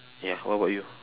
ya what about you